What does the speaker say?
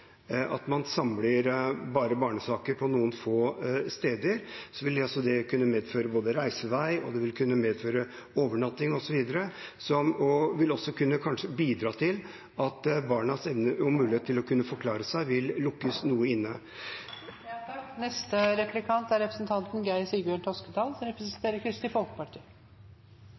Samler man f.eks. barnesaker på bare noen få steder, vil det kunne medføre reisevei, overnatting osv., og det vil kanskje også kunne bidra til at barnas mulighet til å kunne forklare seg vil lukkes noe inne. Nå hører vi om at det er mange saker som blir liggende i kø, mens det er ledig kapasitet andre plasser. Nå ønsker Kristelig Folkeparti